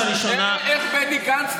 איך בני גנץ נמדד?